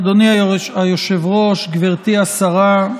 אדוני היושב-ראש, גברתי השרה,